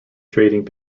trading